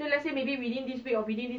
night market